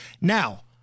Now